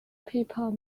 people